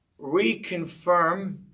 reconfirm